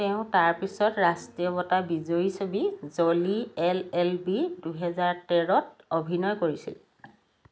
তেওঁ তাৰ পিছত ৰাষ্ট্ৰীয় বঁটা বিজয়ী ছবি জলি এল এল বি দুহেজাৰ তেৰত অভিনয় কৰিছিল